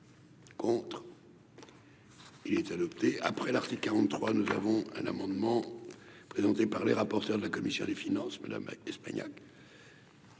pour. Il est adopté, après l'article 43, nous avons un amendement présenté par le rapporteur de la commission des finances.